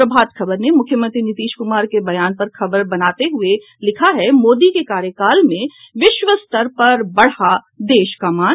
प्रभात खबर ने मुख्यमंत्री नीतीश कुमार के बयान पर खबर बनाते हुये लिखा है मोदी के कार्यकाल में विश्व स्तर पर बढ़ा देश का मान